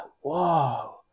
whoa